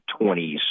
20s